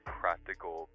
practical